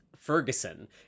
Ferguson